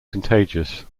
contagious